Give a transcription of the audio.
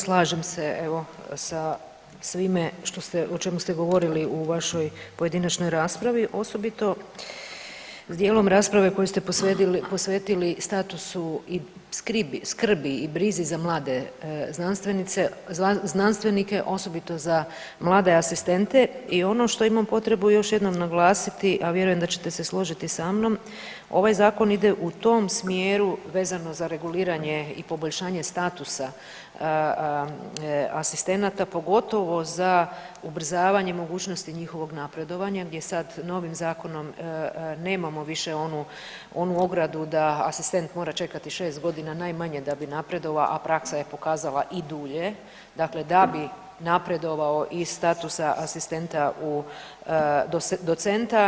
Slažem se, evo, sa svime što ste, o čemu ste govorili u vašoj pojedinačnoj raspravi, osobito s dijelom rasprave kojim ste posvetili statusu i skrbi i brizi za mlade znanstvenice, znanstvenike, osobito za mlade asistente i ono što imam potrebu još jednom naglasiti, a vjerujem da ćete se složiti sa mnom, ovaj Zakon ide u tom smjeru vezano za reguliranje i poboljšanje statusa asistenata, pogotovo za ubrzavanje mogućnosti njihovog napredovanja gdje sad novim zakonom nemamo više onu ogradu da asistent mora čekati 6 godina najmanje da bi napredovao, a praksa je pokazala i dulje, dakle da bi napredovao iz statusa asistenta u docenta.